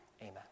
amen